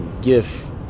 Gift